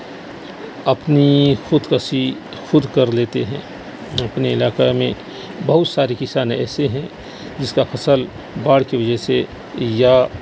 اپنی خودکشی خود کر لیتے ہیں وہ اپنے علاقہ میں بہت سارے کسان ایسے ہیں جس کا فصل باڑھ کے وجہ سے یا